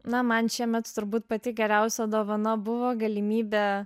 na man šiemet turbūt pati geriausia dovana buvo galimybė